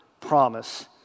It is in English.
promise